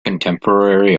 contemporary